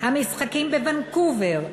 המשחקים בוונקובר,